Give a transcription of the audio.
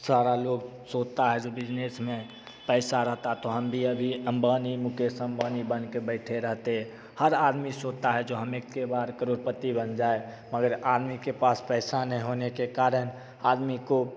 सारा लोग सोता है जो बिज़नेस में पैसा रहता तो हम भी अभी अंबानी मुकेश अंबानी बन के बैठे रहते हैं हर आदमी सोचता है जो हम एक ही बार करोड़पति बन जाए मगर आदमी के पास पैसा नहीं होने के करण आदमी को